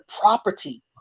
property